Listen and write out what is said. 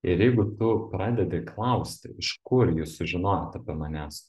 ir jeigu tu pradedi klausti iš kur jūs sužinojot apie manęs